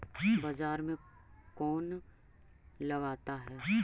बाजार कौन लगाता है?